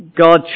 God